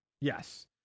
Yes